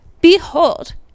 Behold